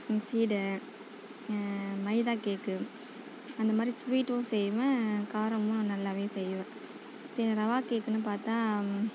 சீடை maida cake அந்தமாதிரி ஸ்வீட்டும் செய்வேன் காரமும் நல்லாவே செய்வேன் இப்போ ரவா கேக்குன்னு பார்த்தா